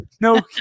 No